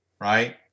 Right